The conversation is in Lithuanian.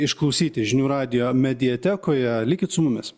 išklausyti žinių radijo mediatekoje likit su mumis